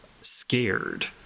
scared